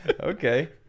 okay